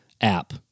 app